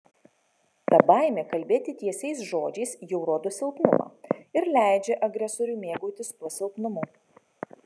ta baimė kalbėti tiesiais žodžiais jau rodo silpnumą ir leidžia agresoriui mėgautis tuo silpnumu